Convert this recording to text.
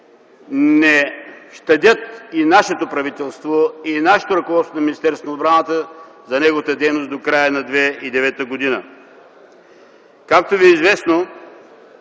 не щади и нашето правителство, и нашето ръководство на Министерството на отбраната за неговата дейност до края на 2009 г. Както ви е известно,